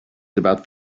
about